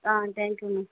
ah thank you ma'am